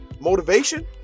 motivation